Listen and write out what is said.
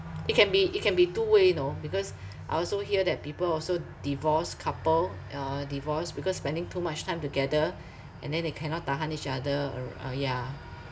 it can be it can be two way you know because I also hear that people also divorced couple uh divorce because spending too much time together and then they cannot tahan each other ar~ uh yeah